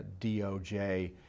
DOJ